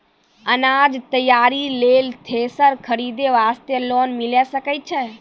अनाज तैयारी लेल थ्रेसर खरीदे वास्ते लोन मिले सकय छै?